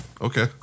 Okay